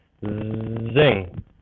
Zing